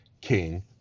king